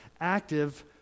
active